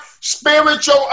spiritual